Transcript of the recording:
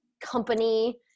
company